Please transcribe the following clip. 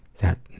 that.